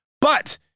But-